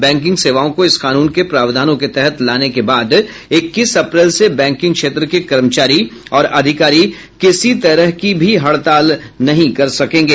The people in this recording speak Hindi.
बैंकिंग सेवाओं को इस कानून के प्रावधानों के तहत लाने के बाद इक्कीस अप्रैल से बैंकिंग क्षेत्र के कर्मचारी और अधिकारी किसी तरह की भी हड़ताल नहीं कर सकेंगे